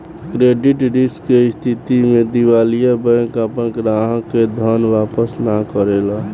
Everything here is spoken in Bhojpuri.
क्रेडिट रिस्क के स्थिति में दिवालिया बैंक आपना ग्राहक के धन वापस ना करेला